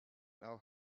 now